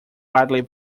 widely